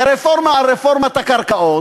ורפורמה על רפורמת הקרקעות.